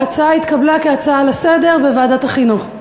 ההצעה התקבלה ותועבר כהצעה לסדר-היום לוועדת החינוך.